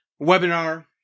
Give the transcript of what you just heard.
webinar